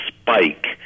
spike